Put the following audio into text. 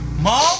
Mom